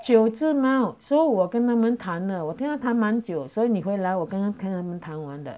九只猫 so 我跟他们谈了我跟他蛮久所以你会来我刚刚看他们谈完的